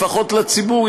לפחות לציבור,